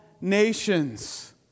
nations